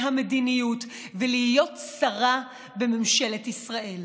המדיניות ולהיות שרה בממשלת ישראל.